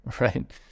right